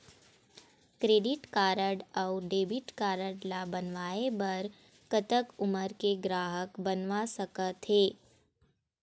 Credit card अऊ debit card ला बनवाए बर कतक उमर के ग्राहक बनवा सका थे?